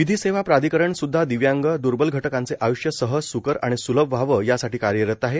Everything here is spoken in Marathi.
विधी सेवा प्राधिकरण सुदधा दिव्यांग दुर्बल घटकांचे आय्ष्य सहज स्कर आणि स्लभ व्हावं यासाठी कार्यरत आहे